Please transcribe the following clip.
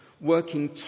working